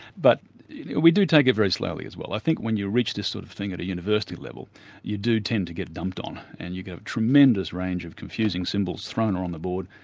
but we do take it very slowly as well. i think when you reach this sort of thing at a university level you do tend to get dumped on and you get a tremendous range of confusing symbols thrown on the board,